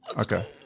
Okay